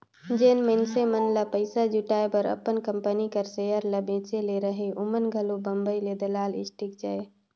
जेन मइनसे मन ल पइसा जुटाए बर अपन कंपनी कर सेयर ल बेंचे ले रहें ओमन घलो बंबई हे दलाल स्टीक जाएं